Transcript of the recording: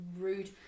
rude